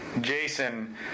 Jason